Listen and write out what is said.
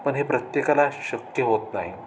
पण हे प्रत्येकाला शक्य होत नाही